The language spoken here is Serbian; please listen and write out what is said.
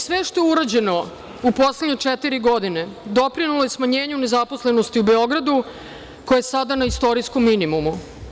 Sve što je urađeno u poslednje četiri godine doprinelo je smanjenju nezaposlenosti u Beogradu, koja je sada na istorijskom minimumu.